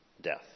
death